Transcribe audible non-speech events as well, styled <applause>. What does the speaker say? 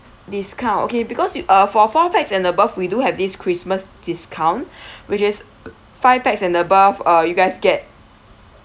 discount okay because uh for four pax and above we do have this christmas discount <breath> which is five pax and above uh you guys get